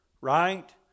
Right